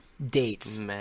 dates